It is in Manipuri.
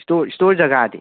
ꯏꯁꯇꯣꯔ ꯖꯒꯥꯗꯤ